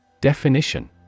Definition